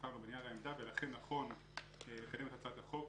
ולכן נכון לקדם את הצעת החוק,